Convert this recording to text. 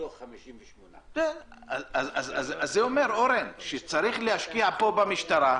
מתוך 58. זה אומר שצריך להשקיע במשטרה.